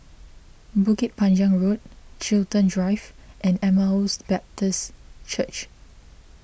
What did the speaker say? Bukit Panjang Road Chiltern Drive and Emmaus Baptist Church